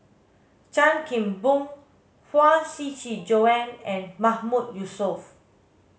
Chan Kim Boon Huang Shiqi Joan and Mahmood Yusof